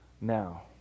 now